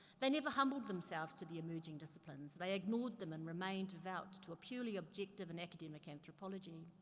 they never humbled themselves to the emerging disciplines. they ignored them, and remained devout to a purely objective and academic anthropology.